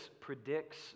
predicts